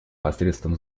посредством